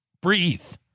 breathe